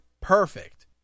perfect